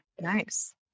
Nice